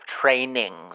trainings